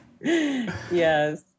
Yes